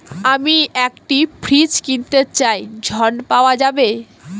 আমি একটি ফ্রিজ কিনতে চাই ঝণ পাওয়া যাবে?